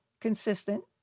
consistent